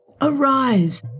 Arise